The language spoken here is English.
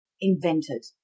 invented